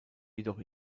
jedoch